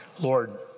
Lord